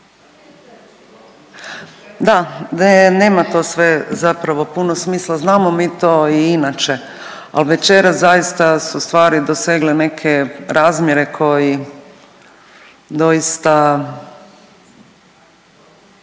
Da, nema to sve zapravo puno smisla znamo mi to i inače, ali večeras zaista su stvari dosegle neke razmjere koji doista,